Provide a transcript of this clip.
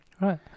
Right